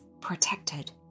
protected